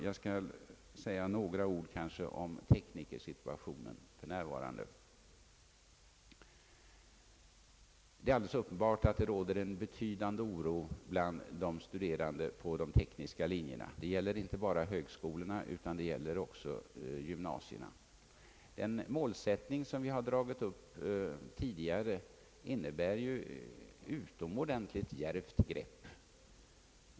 Jag skall säga några ord om teknikersituationen för närvarande, Det är alldeles uppenbart att det råder en betydande oro bland de studerande på de tekniska linjerna. Det gäller inte bara högskolorna utan också gymnasierna. Den målsättning som vi har dragit upp tidigare innebär ju ett utomordentligt djärvt grepp.